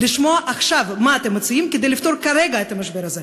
מה אתם מציעים כדי לפתור כרגע את המשבר הזה.